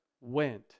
went